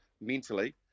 mentally